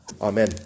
Amen